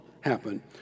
happen